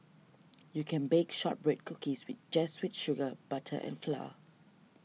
you can bake Shortbread Cookies with just with sugar butter and flour